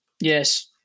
Yes